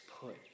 put